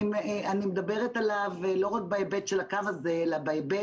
אני מדברת עליו לא רק בהיבט של הקו הזה אלא בהיבט